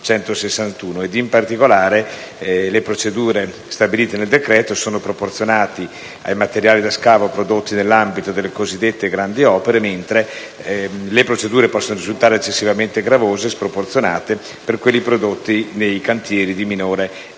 In particolare, le procedure stabilite in tale decreto sono proporzionate ai materiali da scavo prodotti nell'ambito delle cosiddette grandi opere, mentre esse possono risultare eccessivamente gravose e sproporzionate per quelli prodotti in cantieri di minore entità.